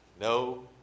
no